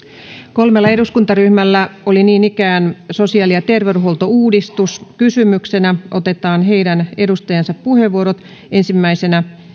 kolmella eduskuntaryhmällä oli niin ikään sosiaali ja terveydenhuoltouudistus kysymyksenä otetaan heidän edustajiensa puheenvuorot ensimmäisenä